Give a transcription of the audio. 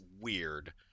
weird